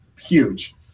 huge